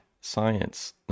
science